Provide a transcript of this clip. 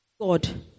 God